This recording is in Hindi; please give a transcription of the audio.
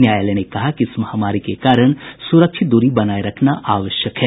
न्यायालय ने कहा कि इस महामारी के कारण सुरक्षित दूरी बनाए रखना आवश्यक है